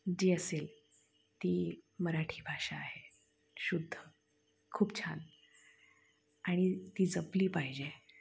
जी असेल ती मराठी भाषा आहे शुद्ध खूप छान आणि ती जपली पाहिजे